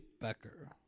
Becker